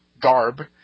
garb